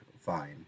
fine